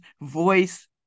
voice